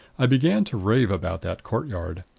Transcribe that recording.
i began to rave about that courtyard.